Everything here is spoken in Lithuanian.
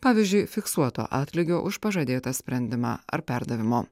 pavyzdžiui fiksuoto atlygio už pažadėtą sprendimą ar perdavimo